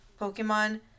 Pokemon